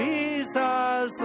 Jesus